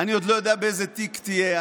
אני עוד לא יודע באיזה תיק תהיה,